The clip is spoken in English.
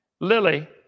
Lily